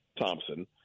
Thompson